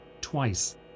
Twice